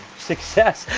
success!